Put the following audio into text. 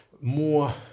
more